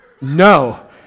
no